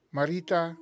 Marita